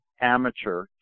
Amateur